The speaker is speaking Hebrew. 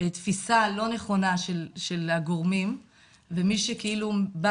תפיסה לא נכונה של הגורמים ומי שכאילו בא